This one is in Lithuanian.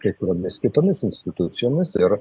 kai kuriomis kitomis institucijomis ir